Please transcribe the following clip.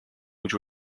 which